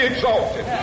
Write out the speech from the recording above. exalted